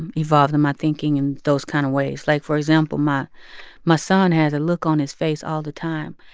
and evolved in my thinking in those kind of ways like, for example, my my son has a look on his face all the time.